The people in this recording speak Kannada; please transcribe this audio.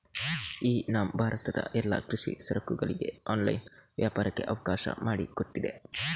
ಇ ನಾಮ್ ಭಾರತದ ಎಲ್ಲಾ ಕೃಷಿ ಸರಕುಗಳಿಗೆ ಆನ್ಲೈನ್ ವ್ಯಾಪಾರಕ್ಕೆ ಅವಕಾಶ ಮಾಡಿಕೊಟ್ಟಿದೆ